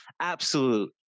Absolute